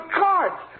cards